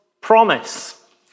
promise